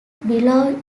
below